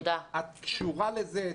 את קשורה לזה.